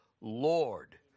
Lord